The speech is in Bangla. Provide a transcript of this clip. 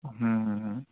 হুম হুম হুম